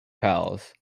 pals